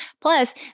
Plus